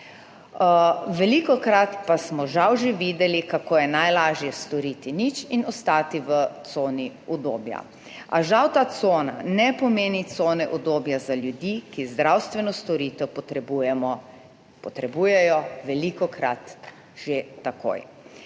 Velikokrat pa smo žal že videli, kako je najlažje storiti nič in ostati v coni udobja. A žal ta cona ne pomeni cone udobja za ljudi, ki zdravstveno storitev potrebujejo velikokrat že takoj